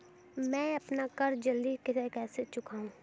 मैं अपना कर्ज जल्दी कैसे चुकाऊं?